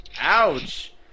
ouch